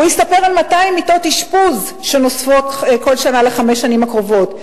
הוא יספר על 200 מיטות אשפוז שנוספות כל שנה בחמש השנים הקרובות.